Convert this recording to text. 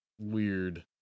weird